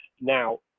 now